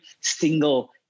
single